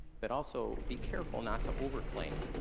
but also, be careful not to over claim.